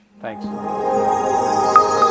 Thanks